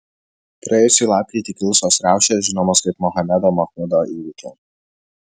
praėjusį lapkritį kilusios riaušės žinomos kaip mohamedo mahmudo įvykiai